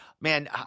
man